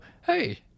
hey